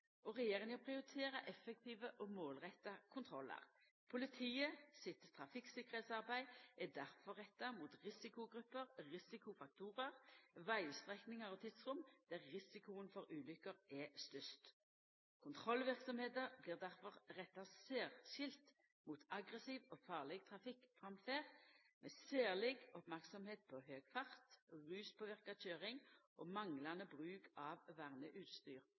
og regjeringa prioriterer effektive og målretta kontrollar. Politiet sitt trafikktryggleiksarbeid er difor retta mot risikogrupper, risikofaktorar, vegstrekningar og tidsrom der risikoen for ulukker er størst. Kontrollverksemda blir difor retta særskilt mot aggressiv og farleg trafikkframferd, med særleg merksemd på høg fart, ruspåverka køyring og manglande bruk av verneutstyr